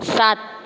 सात